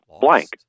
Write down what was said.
blank